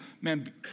man